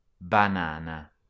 Banana